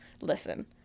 listen